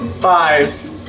Five